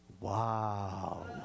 Wow